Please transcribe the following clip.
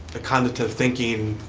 a cognitive thinking